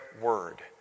word